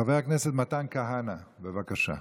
חבר הכנסת מתן כהנא, בבקשה.